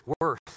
worth